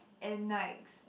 and likes